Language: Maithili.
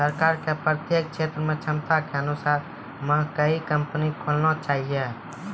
सरकार के प्रत्येक क्षेत्र मे क्षमता के अनुसार मकई कंपनी खोलना चाहिए?